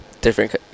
different